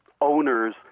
owners